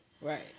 Right